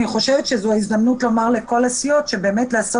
אני חושבת שזו ההזדמנות לומר לכל הסיעות לעשות